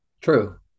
true